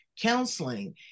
counseling